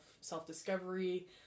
self-discovery